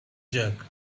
jerk